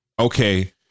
Okay